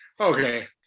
Okay